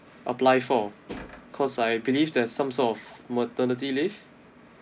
apply for cause I believe there's some sort of maternity leave